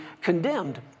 condemned